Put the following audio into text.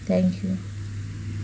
thank you